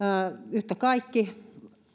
yhtä kaikki